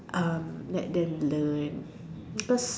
um let them learn because